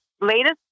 latest